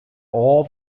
all